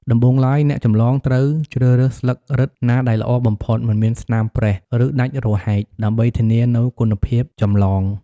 ដំបូងឡើយ អ្នកចម្លងត្រូវជ្រើសរើសស្លឹករឹតណាដែលល្អបំផុត មិនមានស្នាមប្រេះ ឬដាច់រហែក ដើម្បីធានានូវគុណភាពចម្លង។